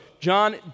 John